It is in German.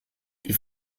die